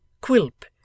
Quilp